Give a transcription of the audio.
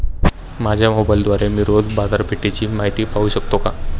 माझ्या मोबाइलद्वारे मी रोज बाजारपेठेची माहिती पाहू शकतो का?